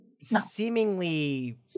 seemingly